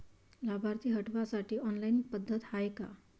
लाभार्थी हटवासाठी ऑनलाईन पद्धत हाय का?